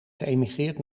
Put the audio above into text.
geëmigreerd